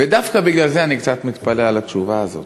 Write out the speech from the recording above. ודווקא בגלל זה אני קצת מתפלא על התשובה הזאת.